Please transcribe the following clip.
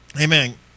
Amen